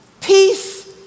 Peace